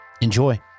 Enjoy